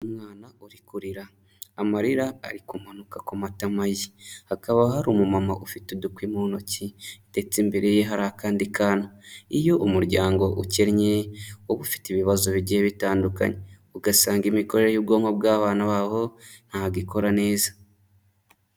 Umwana uri kurira, amarira ari kumanuka ku matama ye, hakaba hari umumama ufite udukwi mu ntoki ndetse imbere ye hari akandi kana. Iyo umuryango ukennye uba uba ufite ibibazo bigiye bitandukanye. Ugasanga imikorere y'ubwonko bw'abana babo ntabwo ikora neza.